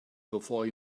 before